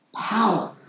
Power